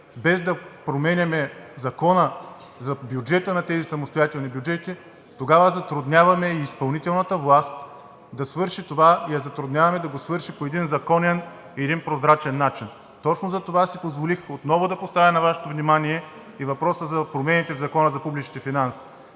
без да променяме закона за бюджета на тези самостоятелни бюджети, тогава затрудняваме и изпълнителната власт да свърши това и я затрудняваме да го свърши по един законен и един прозрачен начин. Точно затова си позволих отново да поставя на Вашето внимание и въпроса за промените в Закона за публичните финанси.